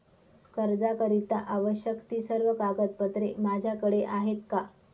कर्जाकरीता आवश्यक ति सर्व कागदपत्रे माझ्याकडे आहेत का?